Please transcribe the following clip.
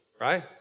right